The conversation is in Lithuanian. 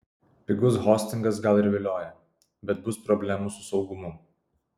pigus hostingas gal ir vilioja bet bus problemų su saugumu